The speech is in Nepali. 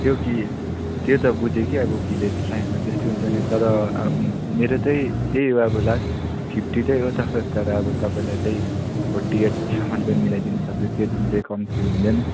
त्यो कि त्यो त बुझेँ कि अब भिलेज साइडमा त्यस्तै हुन्छ नि तर मेरो चाहिँ त्यही हो अब लास्ट फिप्टी चाहिँ हो तर अब तपाईँलाई चाहिँ फोर्टी एटसम्म चाहिँ मिलाइदिनु सक्छु त्योदेखिन् चाहिँ कम्ती हुँदैन